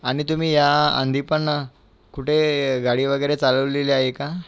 आणि तुम्ही या आधी पण कुठे गाडी वगैरे चालवलेली आहे का